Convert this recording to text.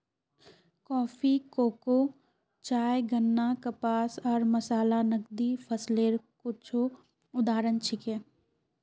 coffee, cocoa, चाय, गन्ना, कपास आर मसाला नकदी फसलेर कुछू उदाहरण छिके